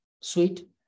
sweet